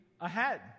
ahead